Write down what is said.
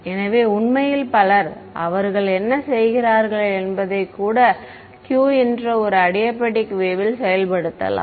எனவே உண்மையில் பலர் அவர்கள் என்ன செய்கிறார்கள் என்பதை கூட q என்ற ஒரு அடிபயாடிக் வேவ் ல் அறிமுகப்படுத்தப்படலாம்